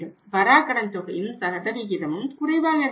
வராக் கடன் தொகையும் சதவிகிதமும் குறைவாக இருக்க வேண்டும்